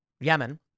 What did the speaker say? Yemen